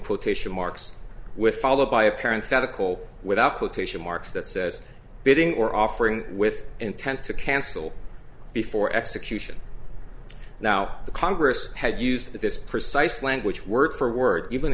quotation marks with followed by a parent got a call without quotation marks that says bidding or offering with intent to cancel before execution now the congress had used this precise language word for word even